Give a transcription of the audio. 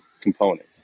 component